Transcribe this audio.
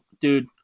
dude –